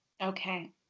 Okay